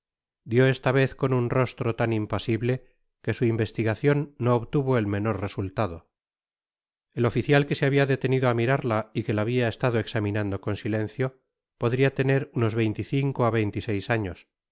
dió esta vez con un rostro tan impasible que su investigacion no obtuvo el menor resultado el oficial que se habia detenido á mirarla y que la habia estado examinando con silencio podria tener unos veinte y cinco á veinte y seis años era